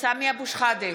סמי אבו שחאדה,